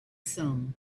some